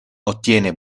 ottiene